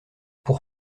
pour